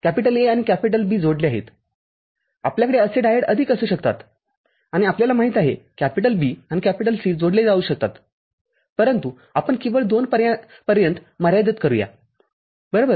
A आणि B जोडले आहेत आपल्याकडे असे डायोड Diode अधिक असू शकतात आणि आपल्याला माहित आहे B आणि C जोडले जाऊ शकतात परंतु आपण केवळ २ पर्यंत मर्यादित करूया बरोबर